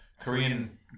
Korean